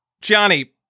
Johnny